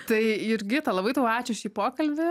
tai jurgita labai tau ačiū už šį pokalbį